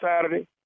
Saturday